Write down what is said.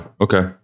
okay